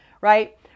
right